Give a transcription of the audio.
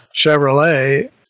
Chevrolet